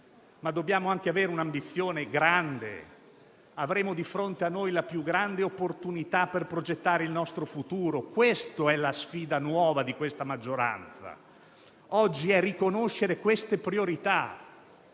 ma dobbiamo anche avere un'ambizione grande. Avremo di fronte a noi la più grande opportunità per progettare il nostro futuro; la sfida nuova di questa maggioranza, oggi, è riconoscere queste priorità.